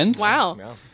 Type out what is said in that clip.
Wow